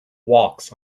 walks